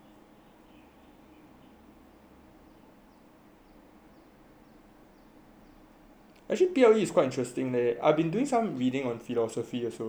actually T_L_E is quite interesting leh I've been doing some reading on philosophy also and I think it's quite interesting